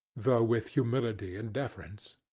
though with humility and deference.